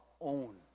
own